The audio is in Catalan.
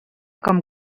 com